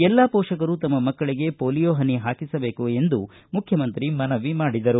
ಎಲ್ಲಾ ಪೋಷಕರು ತಮ್ಮ ಮಕ್ಕಳಿಗೆ ಪೋಲಿಯೊ ಹನಿ ಹಾಕಿಸಬೇಕು ಎಂದು ಮುಖ್ಯಮಂತ್ರಿ ಅವರು ಮನವಿ ಮಾಡಿದರು